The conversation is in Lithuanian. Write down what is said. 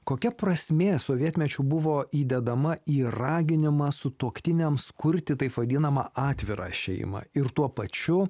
kokia prasmė sovietmečiu buvo įdedama į raginimą sutuoktiniams kurti taip vadinamą atvirą šeimą ir tuo pačiu